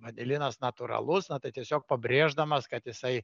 vanilinas natūralus na tai tiesiog pabrėždamas kad jisai